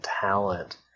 talent